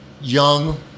young